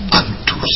unto